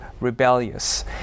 rebellious